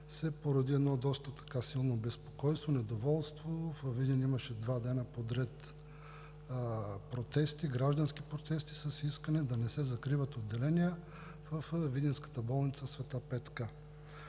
се породи доста силно безпокойство и недоволство – във Видин имаше два дни подред граждански протести с искания да не се закриват отделения във видинската болница „Св.